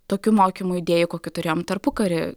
tokių mokymų idėjų kokių turėjome tarpukariu